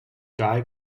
die